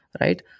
right